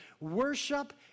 worship